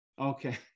Okay